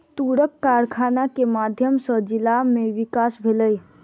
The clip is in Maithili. तूरक कारखाना के माध्यम सॅ जिला में विकास भेलै